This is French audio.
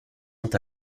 ont